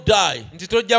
die